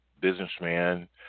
businessman